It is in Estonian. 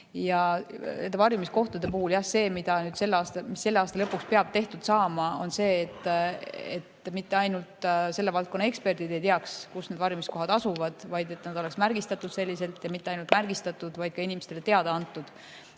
Varjumiskohtade puhul peab selle aasta lõpuks tehtud saama see, et mitte ainult selle valdkonna eksperdid ei teaks, kus varjumiskohad asuvad, vaid et need oleks märgistatud, ja mitte ainult märgistatud, vaid ka inimestele teada antud,